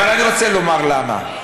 אבל אני רוצה לומר למה.